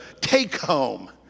take-home